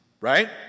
Right